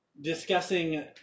discussing